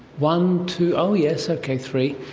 one, two. oh yes, okay, three,